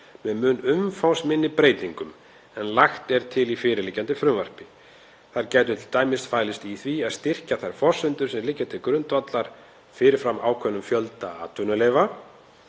með mun umfangsminni breytingum en lagðar eru til í fyrirliggjandi frumvarpi. Það gæti t.d. falist í því að styrkja þær forsendur sem liggja til grundvallar fyrir fram ákveðnum fjölda atvinnuleyfa,